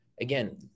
Again